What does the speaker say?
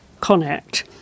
Connect